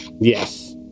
yes